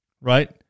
right